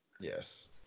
Yes